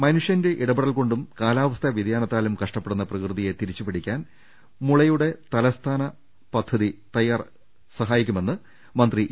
മനുഷ്യന്റെ ഇടപെടൽകൊണ്ടും കാലാവസ്ഥാ വൃതിയാ നത്താലും കഷ്ടപ്പെടുന്ന പ്രകൃതിയെ തിരിച്ചുപിടിക്കാൻ മുള യുടെ തലസ്ഥാന പദ്ധതി സഹായിക്കുമെന്ന് മന്ത്രി ഇ